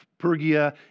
Pergia